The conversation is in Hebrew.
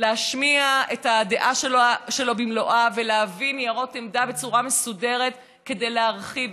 להשמיע את הדעה שלו במלואה ולהביא ניירות עמדה בצורה מסודרת כדי להרחיב,